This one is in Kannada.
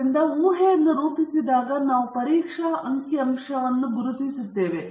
ಆದ್ದರಿಂದ ನೀವು ಊಹೆಯನ್ನು ರೂಪಿಸಿದಾಗ ನಾವು ಪರೀಕ್ಷಾ ಅಂಕಿಅಂಶವನ್ನು ಗುರುತಿಸುತ್ತೇವೆ